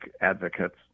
advocates